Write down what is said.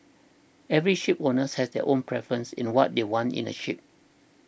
every shipowner has their own preference in what they want in a ship